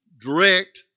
direct